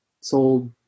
sold